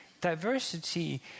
diversity